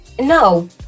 No